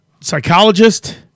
psychologist